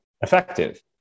effective